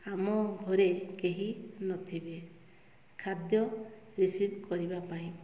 ଆମ ଘରେ କେହି ନଥିବେ ଖାଦ୍ୟ ରିସିଭ୍ କରିବା ପାଇଁ